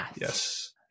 Yes